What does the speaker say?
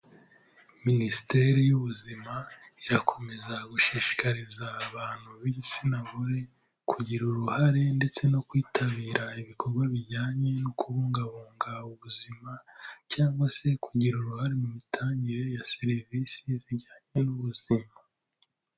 Minisiteri y'ubuzima irakomeza gushishikariza abantu b'igitsina gore kugira uruhare ndetse no kwitabira ibikorwa bijyanye no kubungabunga ubuzima cyangwa se kugira uruhare mu mitangire ya serivisi zijyanye n'ubuzima.